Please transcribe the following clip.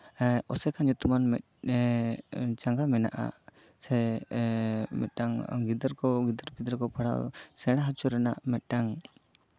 ᱦᱮᱸ ᱟᱥᱮᱠᱟ ᱧᱩᱛᱩᱢᱟᱱ ᱮᱜ ᱪᱟᱸᱜᱟ ᱢᱮᱱᱟᱜᱼᱟ ᱥᱮ ᱮᱜ ᱢᱤᱫᱴᱟᱝ ᱜᱤᱫᱽᱨᱟᱹ ᱠᱚ ᱜᱤᱫᱟᱹᱨ ᱯᱤᱫᱟᱹᱨ ᱠᱚ ᱯᱟᱲᱦᱟᱣ ᱥᱮᱲᱟ ᱦᱚᱪᱚ ᱨᱮᱱᱟᱝ ᱢᱤᱫᱴᱟᱝ